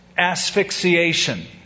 asphyxiation